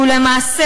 שהוא למעשה,